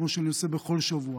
כפי שאני עושה בכל שבוע,